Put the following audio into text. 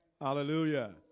Hallelujah